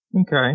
Okay